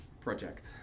project